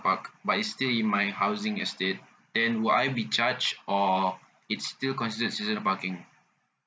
park but it's still in my housing estate then will I be charged or it's still considered a seasonal parking